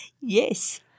Yes